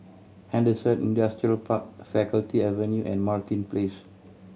Henderson Industrial Park Faculty Avenue and Martin Place